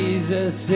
Jesus